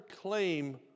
claim